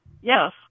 Yes